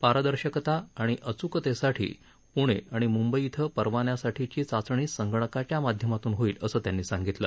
पारदर्शकता आणि अचूकतेसाठी प्णे आणि मुंबई इथं परवान्यासाठीची चाचणी संगणकाच्या माध्यमातून होईल असं त्यांनी सांगितलं